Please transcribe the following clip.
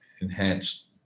enhanced